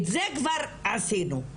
את זה כבר עשינו,